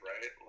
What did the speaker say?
right